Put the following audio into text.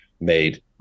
made